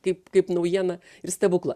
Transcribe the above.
kaip kaip naujieną ir stebuklą